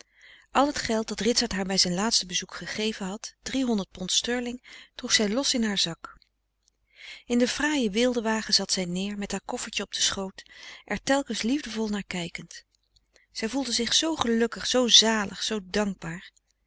des doods geld dat ritsert haar bij zijn laatste bezoek gegeven had driehonderd pond sterling droeg zij los in haar zak in den fraaien weelde wagen zat zij neer met haar koffertje op den schoot er telkens liefdevol naar kijkend zij voelde zoo gelukkig zoo zalig zoo dankbaar